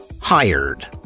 Hired